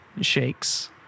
shakes